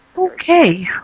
Okay